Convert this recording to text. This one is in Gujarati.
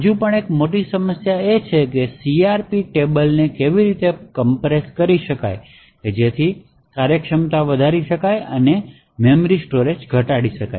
હજી પણ એક મોટી સમસ્યા તે છે કે CRP કોષ્ટકોને કેવી રીતે કોમ્પ્રેસ કરી શકાય છે જેથી કાર્યક્ષમતા વધારી અને મેમરી સ્ટોરેજ ઘટાડી શકાય